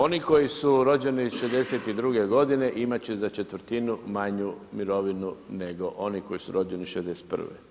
Oni koji su rođeni '62. godine imat će za četvrtinu manju mirovinu nego oni koji su rođeni '61.